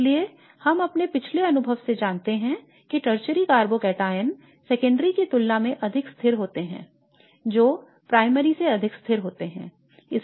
इसलिए हम अपने पिछले अनुभव से जानते हैं कि टर्शरी कार्बोकैटायन सेकेंडरी की तुलना में अधिक स्थिर होते हैं जो प्राइमरी से अधिक स्थिर होते हैं